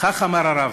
וכך אמר הרב: